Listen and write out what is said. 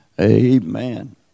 Amen